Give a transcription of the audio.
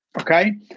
okay